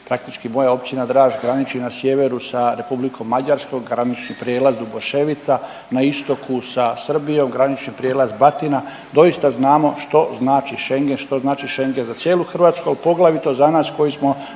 praktički moja Općina Draž graniči na sjeveru sa Republikom Mađarskom, granični prijelaz Duboševica, na istoku sa Srbijom granični prijelaz Batina, doista znamo što znači Schengen, što znači Schengen za cijelu Hrvatsku, a poglavito za nas koji smo